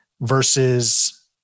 versus